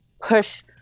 push